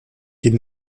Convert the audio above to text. die